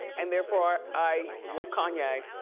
and therefore i love kanye.